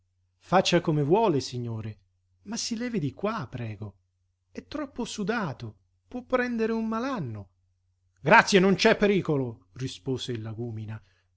faccia come vuole signore ma si levi di qua prego è troppo sudato può prendere un malanno grazie non c'è pericolo rispose il lagúmina